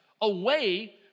away